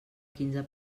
quinze